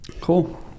cool